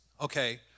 okay